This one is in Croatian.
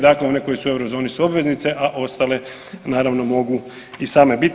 Dakle one koje su u eurozoni su obveznice, a ostale naravno mogu i same biti.